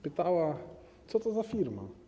Pytała: Co to za firma?